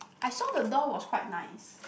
I saw the door was quite nice